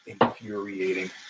infuriating